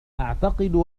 أعتقد